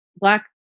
Black